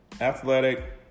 Athletic